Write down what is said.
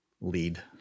lead